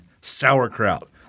sauerkraut